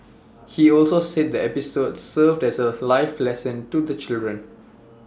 he also said the episode served as A life lesson to the children